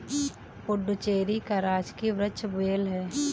पुडुचेरी का राजकीय वृक्ष बेल है